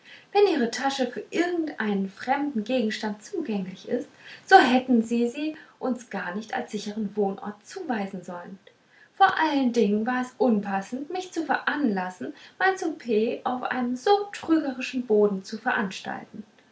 wenn ihre tasche für irgendeinen fremden gegenstand zugänglich ist so hätten sie sie uns gar nicht als sichern wohnort zuweisen sollen vor allen dingen war es unpassend mich zu veranlassen mein souper auf einem so trügerischem boden zu veranstalten